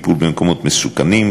טיפול במקומות מסוכנים,